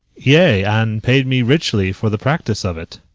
yea and paid me richly for the practice of it.